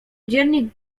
dziennik